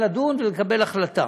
מקבלים את ההמלצה